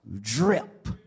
drip